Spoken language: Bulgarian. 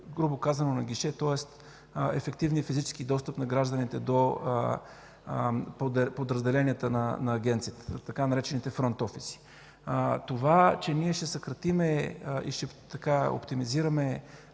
грубо казано „на гише”, тоест ефективния физически достъп на гражданите до подразделенията на Агенцията, така наречените „фронт офиси”. Това, че ние ще съкратим и оптимизираме